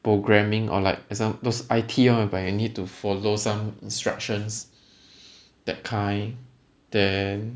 programming or like example those I_T [one] where I need to follow some instructions that kind then